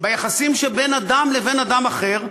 ביחסים שבין אדם לבין אדם אחר,